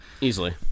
Easily